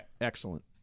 Excellent